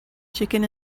chicken